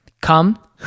come